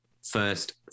first